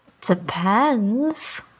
Depends